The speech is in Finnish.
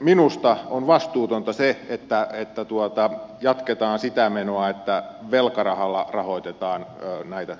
minusta on vastuutonta että jatketaan sitä menoa että velkarahalla rahoitetaan näitä